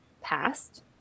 passed